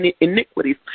iniquities